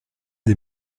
des